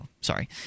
sorry